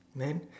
then